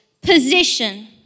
position